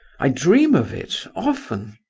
i dream of it, often.